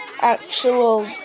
actual